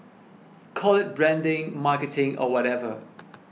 call it branding marketing or whatever